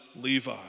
Levi